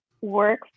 work